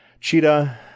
Cheetah